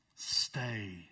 Stay